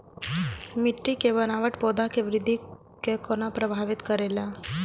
मिट्टी के बनावट पौधा के वृद्धि के कोना प्रभावित करेला?